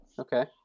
Okay